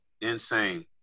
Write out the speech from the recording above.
Insane